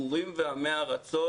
בורים ועמי ארצות,